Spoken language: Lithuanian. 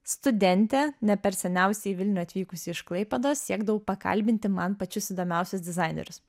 studentė ne per seniausiai į vilnių atvykusi iš klaipėdos siekdavau pakalbinti man pačius įdomiausius dizainerius